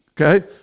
Okay